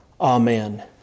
Amen